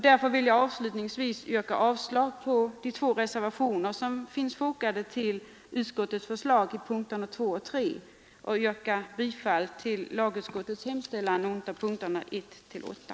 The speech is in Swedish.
Därför vill jag avslutningsvis yrka avslag på de två reservationer som finns fogade till utskottets hemställan i punkterna 2 och 3 och yrka bifall till lagutskottets hemställan under punkterna 1—8.